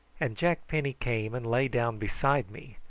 and jack penny came and lay down beside me,